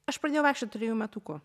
aš pradėjau vaikščiot trijų metukų